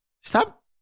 Stop